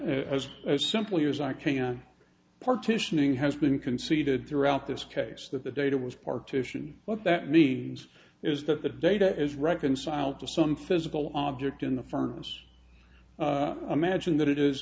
as as simply as i can partitioning has been conceded throughout this case that the data was partitioned what that means is that the data is reconciled to some physical object in the furnace imagine that it is